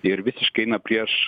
ir visiškai eina prieš